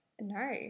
No